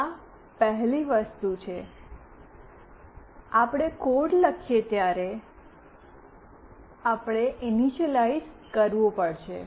આ પહેલી વસ્તુ છે આપણે કોડ લખીએ ત્યારે આપણે ઇનિસ્લાઇસ કરવું પડશે